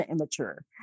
immature